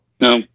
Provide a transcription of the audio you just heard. no